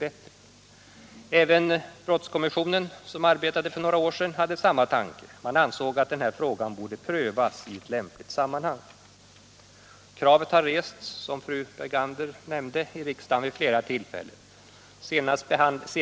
Även brottskommisstonen som arbetade för några år sedan, hade samma tankegång och ansåg att den här frågan borde prövas i ett lämpligt sammanhang.